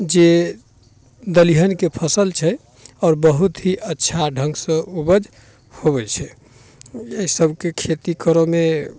जे दलिहनके फसिल छै आओर बहुत ही अच्छा ढङ्गसँ उपज होबै छै एहिसबके खेती करऽमे